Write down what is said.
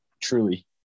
truly